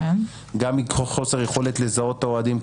וגם מתוך חוסר יכולת לזהות את האוהדים,